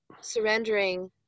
surrendering